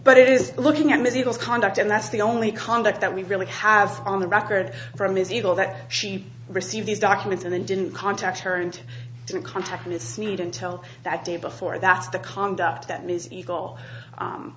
but it is looking at medieval conduct and that's the only conduct that we really have on the record from is evil that she received these documents and then didn't contact her and didn't contact me snead until that day before that's the conduct that ms eagle